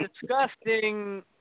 disgusting